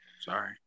Sorry